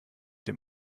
dem